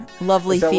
lovely